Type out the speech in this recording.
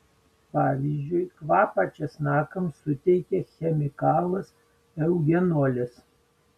pavyzdžiui kvapą česnakams suteikia chemikalas eugenolis